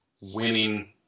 winning